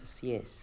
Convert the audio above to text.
yes